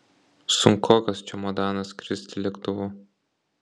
sunkokas čemodanas skristi lėktuvu